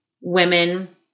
women